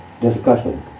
discussion